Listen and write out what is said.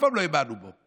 תודה רבה, נא לשבת.